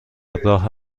راه